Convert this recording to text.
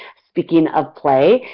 speaking of play,